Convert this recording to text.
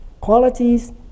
qualities